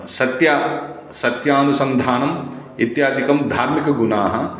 सत्य सत्यानुसन्धानम् इत्यादिकं धार्मिकगुणाः